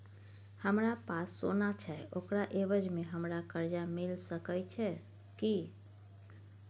हमरा पास सोना छै ओकरा एवज में हमरा कर्जा मिल सके छै की?